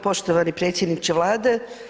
Poštovani predsjedniče Vlade.